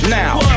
now